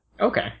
Okay